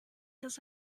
dass